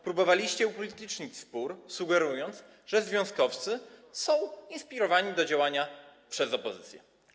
Próbowaliście upolitycznić spór, sugerując, że związkowcy są inspirowani do działania przez opozycję.